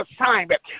assignment